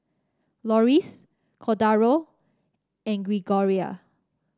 Loris Cordaro and Gregoria